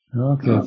Okay